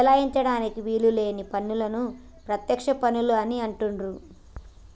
బదలాయించడానికి వీలు లేని పన్నులను ప్రత్యక్ష పన్నులు అని అంటుండ్రు